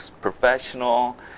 professional